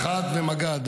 מח"ט ומג"ד,